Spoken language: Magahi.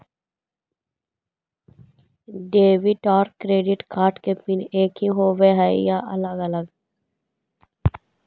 डेबिट और क्रेडिट कार्ड के पिन एकही होव हइ या अलग अलग?